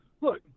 look